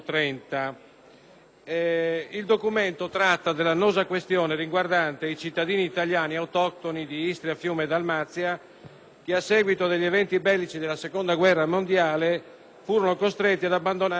Il documento tratta dell'annosa questione riguardante i cittadini italiani autoctoni di Istria, Fiume e Dalmazia che, a seguito degli eventi bellici della seconda guerra mondiale, furono costretti ad abbandonare quei luoghi.